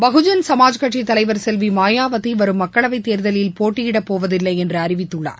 பகுஜன் சமாஜ்கட்சித்தலைவர் செல்வி மாயாவதி வரும் மக்களவைத்தேர்தலில் போட்டியிடப்போவதில்லை என்று அறிவித்துள்ளார்